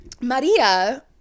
Maria